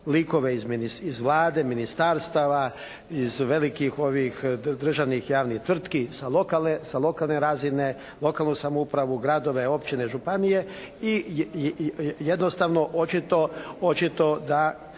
likove iz Vlade, iz ministarstava, iz velikih državnih javnih tvrtki, sa lokalne razine, lokalnu samoupravu, gradove, općine, županije. I jednostavno očito da